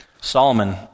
Solomon